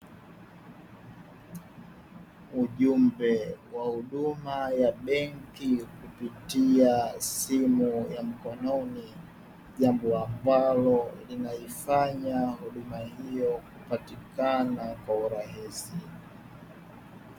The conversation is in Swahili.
Ujumbe wa huduma ya benki kupitia simu ya mkononi, jambo ambalo linaifanya huduma hiyo kupatikana kwa urahisi.